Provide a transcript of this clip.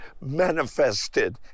manifested